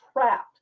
trapped